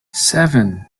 seven